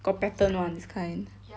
got pattern [one] these kind